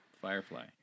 firefly